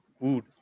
food